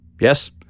Yes